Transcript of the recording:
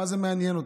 מה זה מעניין אותי?